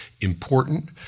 important